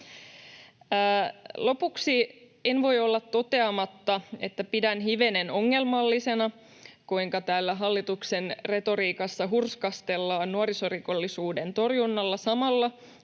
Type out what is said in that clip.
Lopuksi en voi olla toteamatta, että pidän hivenen ongelmallisena, kuinka täällä hallituksen retoriikassa hurskastellaan nuorisorikollisuuden torjunnalla samalla,